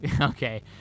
okay